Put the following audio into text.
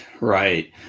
right